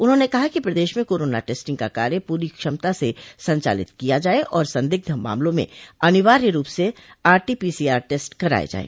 उन्होंने कहा कि प्रदेश में कोरोना टेस्टिंग का कार्य पूरी क्षमता से संचालित किया जाये और संदिग्ध मामलों में अनिवार्य रूप से आरटीपीसीआर टेस्ट कराये जाये